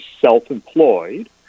self-employed